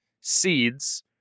seeds